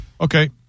Okay